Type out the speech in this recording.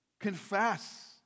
Confess